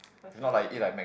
okay